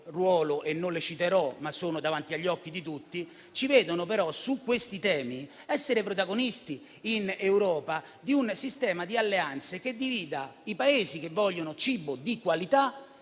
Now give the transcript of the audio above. e non le citerò, ma sono davanti agli occhi di tutti - su questi temi siamo protagonisti in Europa in un sistema di alleanze che divide i Paesi che vogliono cibo di qualità